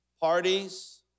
parties